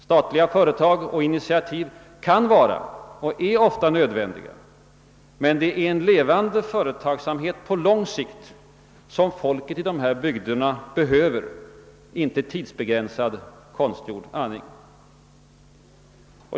Statliga företag och initiativ kan vara och är ofta nödvändiga, men det är en levande företagsamhet på lång sikt som folket i dessa bygder behöver, inte tidsbegränsad konstgjord andning.